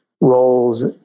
roles